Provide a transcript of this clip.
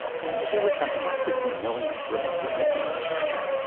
and there were something like fifty million women who were missing in china,